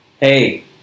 hey